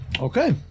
okay